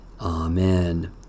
Amen